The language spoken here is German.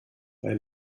bei